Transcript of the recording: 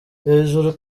hejuru